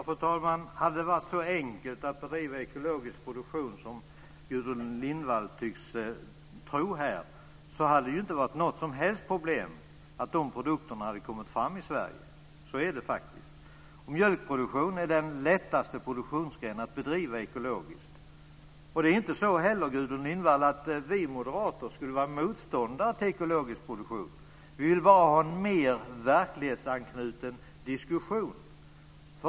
Fru talman! Hade det varit så enkelt att bedriva ekologisk produktion som Gudrun Lindvall tycks tro, hade det inte varit något som helst problem att få fram de produkterna i Sverige. Så är det faktiskt. Mjölkproduktionen är den lättaste produktionsgrenen att bedriva ekologiskt. Vi moderater, Gudrun Lindvall, är inte motståndare till ekologisk produktion. Vi vill bara ha en mer verklighetsanknuten diskussion.